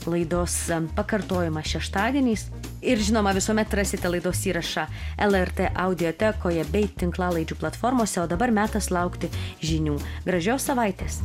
laidos pakartojimas šeštadieniais ir žinoma visuomet rasite laidos įrašą lrt audiotekoje bei tinklalaidžių platformose o dabar metas laukti žinių gražios savaitės